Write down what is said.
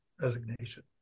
resignation